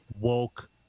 woke